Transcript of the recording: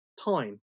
time